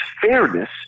fairness